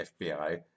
FBI